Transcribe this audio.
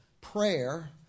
prayer